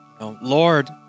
Lord